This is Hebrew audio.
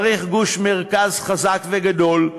צריך גוש מרכז חזק וגדול,